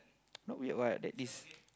not weird what that this